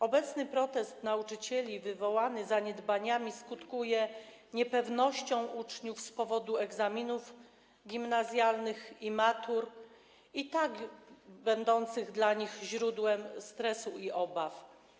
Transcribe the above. Obecny protest nauczycieli wywołany zaniedbaniami skutkuje niepewnością uczniów z powodu egzaminów gimnazjalnych i matur, które i tak są dla nich źródłem stresu i obaw.